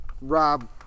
Rob